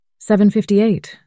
7.58